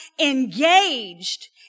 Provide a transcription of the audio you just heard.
engaged